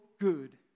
good